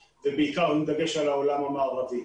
עם דגש על העולם המערבי.